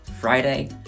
Friday